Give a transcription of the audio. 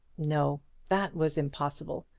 no that was impossible.